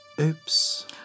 Oops